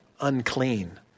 unclean